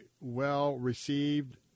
well-received